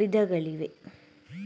ವಿಧಗಳಿವೆ